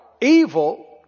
evil